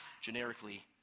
generically